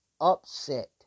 upset